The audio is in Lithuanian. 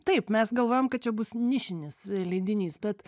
taip mes galvojom kad čia bus nišinis leidinys bet